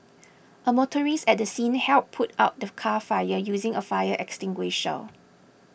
a motorist at the scene helped put out the car fire using a fire extinguisher